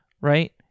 right